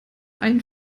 einen